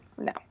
No